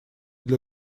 для